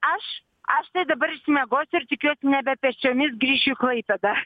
aš aš tai dabar išsimiegosiu ir tikiuosi nebe pėsčiomis grįšiu į klaipėdą